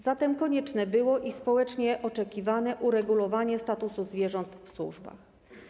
Zatem konieczne i społecznie oczekiwane było uregulowanie statusu zwierząt w służbach.